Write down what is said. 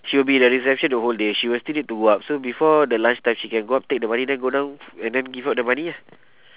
she will be at the reception the whole day she will still need to go up so before the lunch time she can go up take the money then go down and then give out the money ah